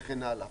וכן הלאה.